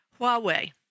Huawei